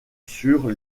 sur